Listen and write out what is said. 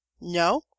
No